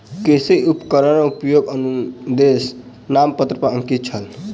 कृषि उपकरणक उपयोगक अनुदेश नामपत्र पर अंकित छल